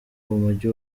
mujyi